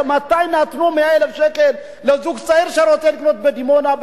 מתי נתנו 100,000 שקל לזוג צעיר שרוצה לקנות בדימונה,